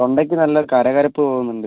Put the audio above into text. തൊണ്ടയ്ക്ക് നല്ല കരകരപ്പ് തോന്നുന്നുണ്ട്